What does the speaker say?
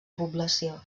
població